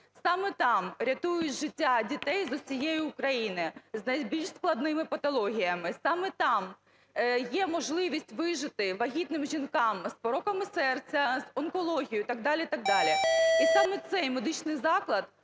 Саме там рятують життя дітей з усієї України з найбільш складними патологіями, саме там є можливість вижити вагітним жінкам з пороками серця, з онкологією і так далі, і так далі. І саме цей медичний заклад